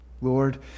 Lord